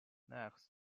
next